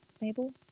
Mabel